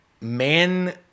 man